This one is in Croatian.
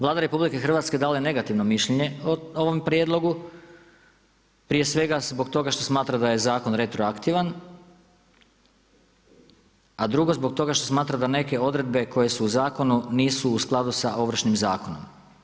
Vlada Republike Hrvatske dala je negativno mišljenje o ovom prijedlogu prije svega zbog toga što smatra da je zakon retroaktivan, a drugo zbog toga što smatra da neke odredbe koje su u zakonu nisu u skladu sa Ovršnim zakonom.